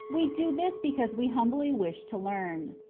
we do this because we humbly wish to learn.